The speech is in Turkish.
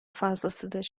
fazlasıdır